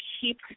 keep